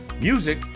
music